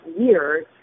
years